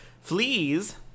Fleas